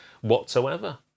whatsoever